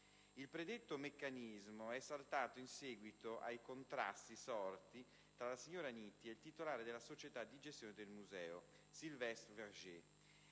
Il predetto meccanismo è saltato in seguito ai contrasti sorti tra la signora Nitti e il titolare della società di gestione del museo, Sylvestre Verger.